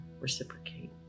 reciprocate